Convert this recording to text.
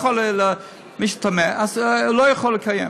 מי שטמא, הוא לא יכול לקיים.